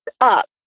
up